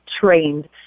trained